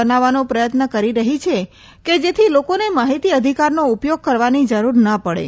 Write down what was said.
બનાવવાનો પ્રયત્ન કરી રહી છે કે જેથી લોકોને માહિતી અધિકારનો ઉપયોગ કરવાની જરૂર ન પડે